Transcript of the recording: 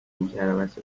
میکردند